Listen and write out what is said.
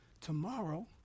tomorrow